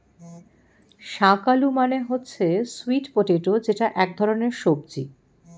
শাক আলু মানে হচ্ছে স্যুইট পটেটো যেটা এক ধরনের সবজি